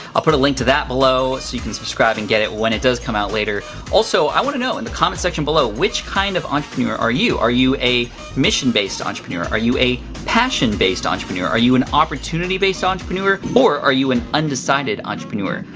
i'll put a link to that below so you can subscribe and get it when it does come out later. also, i wanna know in the comment section below, which kind of entrepreneur are you? are you a mission-based entrepreneur? are you a passion-based entrepreneur? are you an opportunity-based entrepreneur? or are you an undecided entrepreneur?